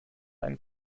einen